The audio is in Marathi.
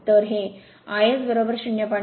तर हे iS ०